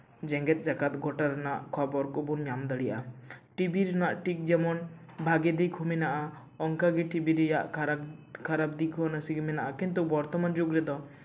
ᱡᱮᱜᱮᱫ ᱡᱟᱠᱟᱛ ᱜᱚᱴᱟ ᱨᱮᱱᱟᱜ ᱠᱷᱚᱵᱚᱨ ᱠᱚᱵᱚᱱ ᱧᱟᱢ ᱫᱟᱲᱮᱭᱟᱜᱼᱟ ᱴᱤᱵᱷᱤ ᱨᱮᱱᱟᱜ ᱴᱷᱤᱠ ᱡᱮᱢᱚᱱ ᱵᱷᱟᱜᱮ ᱫᱤᱠ ᱦᱚᱸ ᱢᱮᱱᱟᱜᱼᱟ ᱚᱱᱠᱟᱜᱮ ᱴᱤᱵᱷᱤ ᱨᱮᱭᱟᱜ ᱠᱷᱟᱨᱟᱯ ᱠᱷᱟᱨᱟᱯ ᱫᱤᱠ ᱦᱚᱸ ᱱᱟᱥᱮ ᱢᱮᱱᱟᱜᱼᱟ ᱠᱤᱱᱛᱩ ᱵᱚᱨᱛᱚᱢᱟᱱ ᱡᱩᱜᱽ ᱨᱮᱫᱚ